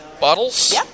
bottles